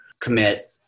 commit